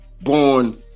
born